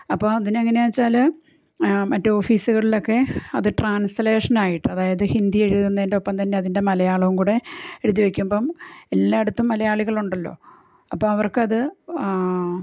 അപ്പോൾ അതിന് എങ്ങനെയാണ് എന്ന് വെച്ചാല് മറ്റ് ഓഫീസുകളിലൊക്കെ അത് ട്രാൻസലേഷൻ ആയിട്ട് അതായത് ഹിന്ദി എഴുതുന്നതിന്റെ ഒപ്പം അതിൻ്റെ മലയാളം കൂടെ എഴുതി വെക്കുമ്പം എല്ലായിടത്തും മലയാളികളുണ്ടല്ലോ അപ്പം അവർക്കത്